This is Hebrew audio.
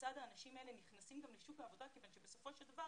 כיצד האנשים האלה נכנסים גם לשוק העבודה כיוון שבסופו של דבר